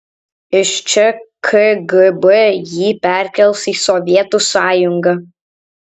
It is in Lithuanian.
iš čia kgb jį perkels į sovietų sąjungą